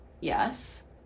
yes